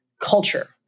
culture